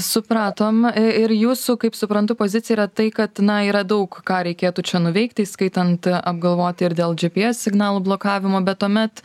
supratom e ir jūsų kaip suprantu pozicija yra tai kad na yra daug ką reikėtų čia nuveikti įskaitant apgalvoti ir dėl gps signalų blokavimo bet tuomet